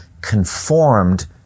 conformed